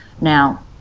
now